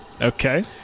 Okay